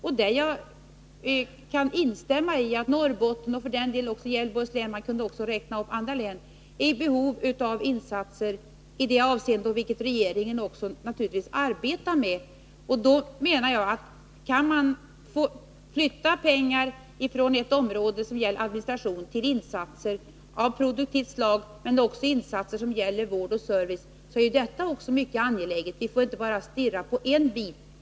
Jag kan instämma i att Norrbotten och f. ö. även Gävleborgs län — också andra län kunde räknas upp — är i behov av sådana insatser, något som regeringen också arbetar med. Om det är möjligt att flytta pengar som gäller insatser av administrativt slag till insatser av produktiv art eller till insatser som avser vård och service, menar jag att det är mycket angeläget att så sker. Vi får inte stirra oss blinda på ett visst område.